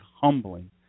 humbling